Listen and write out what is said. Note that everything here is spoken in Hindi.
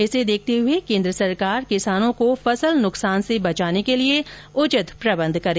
इसे देखते हुए केन्द्र सरकार किसानों को फसल नुकसान से बचाने के लिए उचित प्रबंध करे